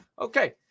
Okay